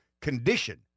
condition